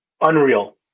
unreal